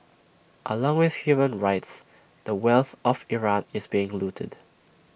along with human rights the wealth of Iran is being looted